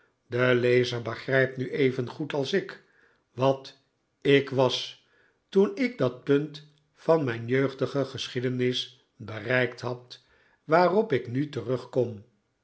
de lezer begrijpt nu evengoed als ik wat ik was toen ik dat punt van mijn jeugdige geschiedenis bereikt had waarop ik nu terugkom